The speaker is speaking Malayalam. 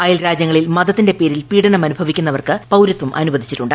അയൽരാജ്യങ്ങളിൽ മതത്തിന്റെ പേരിൽ പീഡനം അനുഭവിക്കുന്നവർക്ക് പൌരത്വം അനുവദിച്ചിട്ടുണ്ട്